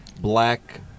black